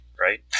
right